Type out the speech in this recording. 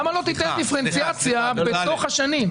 למה לא תיתן דיפרנציאציה בתוך השנים?